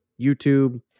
youtube